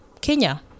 Kenya